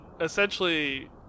essentially